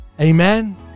Amen